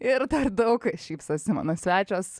ir dar daug šypsosi mano svečias